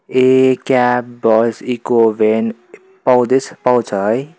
ए cab भाउस eco van पाउँदैछ पाउँछ है